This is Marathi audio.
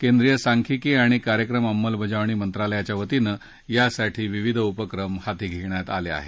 केंद्रीय सांख्यिकी आणि कार्यक्रम अंमलबजावणी मंत्रालयाच्या वतीनं यासाठी विविध उपक्रम हाती घेतले आहेत